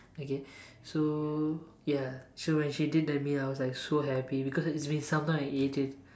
okay so ya so when she did that meal I was like so happy because it's been some time I ate it